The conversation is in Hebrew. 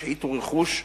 השחיתו רכוש,